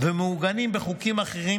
ומעוגנים בחוקים אחרים,